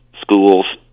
schools